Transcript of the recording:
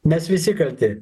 mes visi kalti